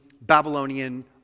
Babylonian